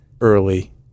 Early